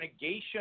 negation